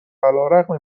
علیرغم